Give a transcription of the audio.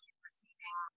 receiving